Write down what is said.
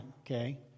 okay